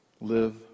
live